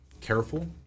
careful